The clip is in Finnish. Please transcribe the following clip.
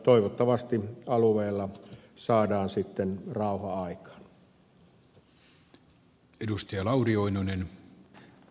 toivottavasti alueella saadaan sitten rauha aikaan